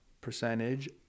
percentage